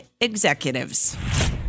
executives